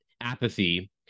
apathy